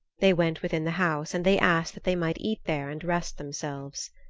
they went within the house and they asked that they might eat there and rest themselves.